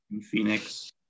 Phoenix